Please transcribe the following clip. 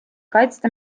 kaitsta